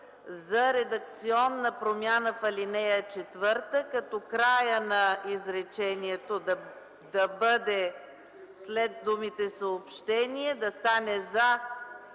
за редакционна промяна в ал. 4, където краят на изречението да бъде: след думата „съобщение” да стане „за